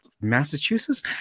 Massachusetts